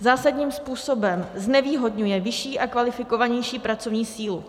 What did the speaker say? Zásadním způsobem znevýhodňuje vyšší a kvalifikovanější pracovní sílu.